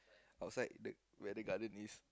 outside the where garden is